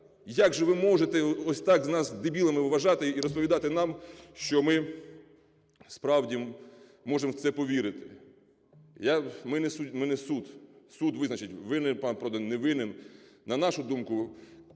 Як же ви можете ось так нас дебілами вважати і розповідати нам, що ми справді можемо в це повірити. Я… Ми не суд, суд визначить, винен пан Продан, не винен. На нашу думку